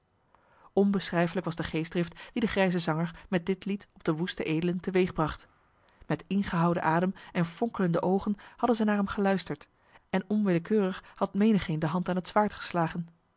onbeschrijflijk was de geestdrift die de grijze zanger met dit lied op de woeste edelen teweegbracht met ingehouden adem en fonkelende oogen hadden zij naar hem geluisterd en onwillekeurig had menigeen de hand aan het zwaard geslagen